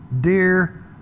dear